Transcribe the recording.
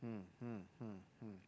hmm hmm hmm hmm